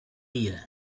dia